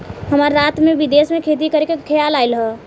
हमरा रात में विदेश में खेती करे के खेआल आइल ह